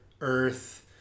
earth